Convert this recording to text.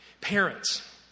Parents